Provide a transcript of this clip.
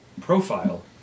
profile